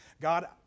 God